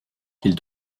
qu’il